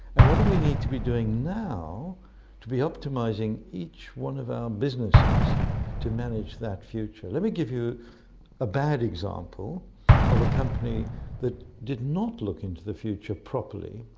and what do we need to be doing now to be optimising each one of our businesses to manage that future? let me give you a bad example of a company that did not look into the future properly,